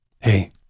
hey